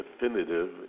definitive